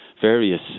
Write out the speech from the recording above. various